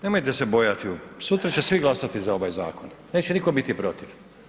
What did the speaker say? Nemojte se bojati sutra će svi glasati za ovaj zakon, neće nitko biti protiv.